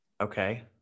okay